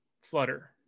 Flutter